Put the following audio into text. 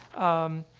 um,